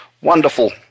wonderful